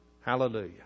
Hallelujah